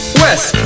west